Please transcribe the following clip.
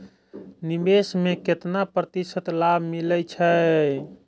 निवेश में केतना प्रतिशत लाभ मिले छै?